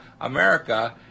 America